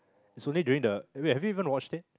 it's only during the wait have you even watched this